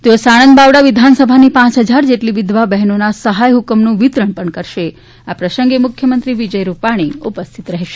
તેઓ સાણંદ બાવળા વિધાનસભાની પાંચ હજાર જેટલી વિધવા બહેનોના સહાય હ્કમનું વિતરણ પણ કરશે આ પ્રસંગે મુખ્યમંત્રી વિજય રૂપાણી ઉપસ્થિત રહેશે